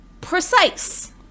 precise